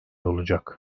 olacak